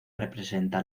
representa